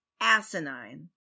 asinine